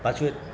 પાછું એ